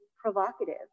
provocative